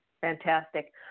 Fantastic